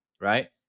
right